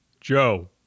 Joe